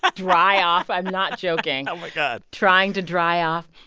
dry off. i'm not joking oh, my god trying to dry off.